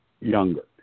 younger